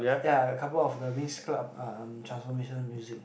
ya a couple of the Winx club um transformation music